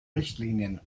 richtlinien